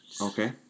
Okay